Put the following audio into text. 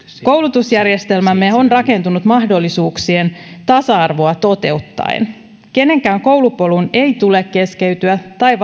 koulutusjärjestelmämme on rakentunut mahdollisuuksien tasa arvoa toteuttaen kenenkään koulupolun ei tule keskeytyä tai